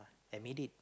admit it